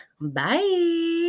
Bye